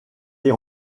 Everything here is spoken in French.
les